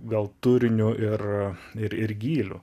gal turiniu ir ir ir gyliu